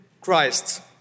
Christ